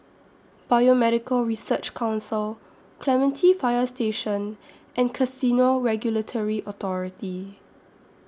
Biomedical Research Council Clementi Fire Station and Casino Regulatory Authority